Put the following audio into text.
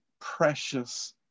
precious